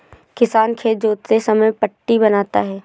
किसान खेत जोतते समय पट्टी बनाता है